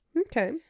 Okay